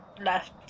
left